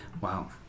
wow